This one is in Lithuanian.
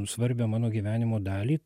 svarbią mano gyvenimo dalį